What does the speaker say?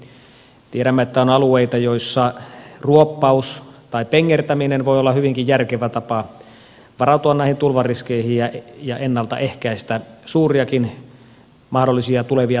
tiedämme että on alueita joilla ruoppaus tai pengertäminen voi olla hyvinkin järkevä tapa varautua näihin tulvariskeihin ja ennaltaehkäistä suuriakin mahdollisia tulevia tulvia